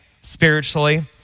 spiritually